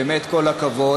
באמת כל הכבוד,